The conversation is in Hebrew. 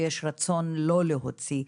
ויש רצון לא להוציא,